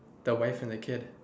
the wife and the kid